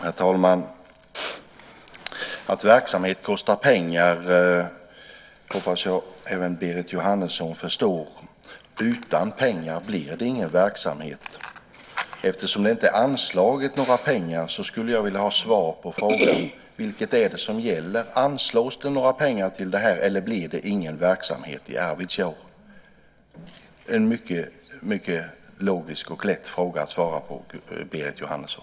Herr talman! Att verksamhet kostar pengar hoppas jag även Berit Jóhannesson förstår. Utan pengar blir det ingen verksamhet. Eftersom det inte är anslaget några pengar vill jag ha svar på frågan: Vilket är det som gäller? Anslås det pengar eller blir det ingen verksamhet i Arvidsjaur? Det är en mycket logisk och lätt fråga att svara på, Berit Jóhannesson.